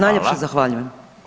Najljepše zahvaljujem.